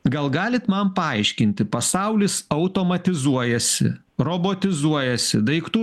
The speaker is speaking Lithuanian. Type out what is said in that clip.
gal galit man paaiškinti pasaulis automatizuojasi robotizuojasi daiktų